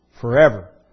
forever